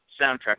soundtrack